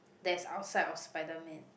that's outside of spiderman